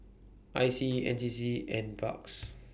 I C N C C N Parks